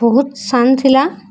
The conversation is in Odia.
ବହୁତ ସାନ୍ ଥିଲା